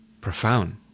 profound